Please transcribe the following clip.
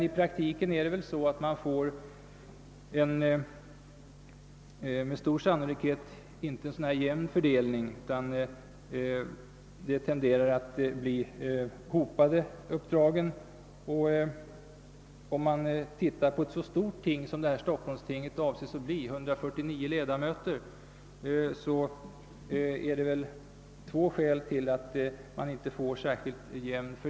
I praktiken får man emellertid med stor sannolikhet inte en så jämn för delning, utan det blir en tendens till hopning av uppdragen. I fråga om ett så stort landsting som stockholmstinget avses att bli med 149 ledamöter finns det väl två orsaker till att fördelningen inte blir särskilt jämn.